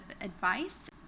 advice